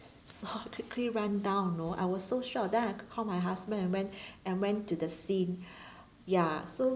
so I quickly run down you know I was so shock then I call my husband and went and went to the scene ya so